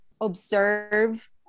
observe